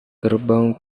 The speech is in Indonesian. gerbang